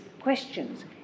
questions